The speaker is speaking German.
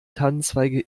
tannenzweige